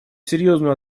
серьезную